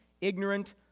ignorant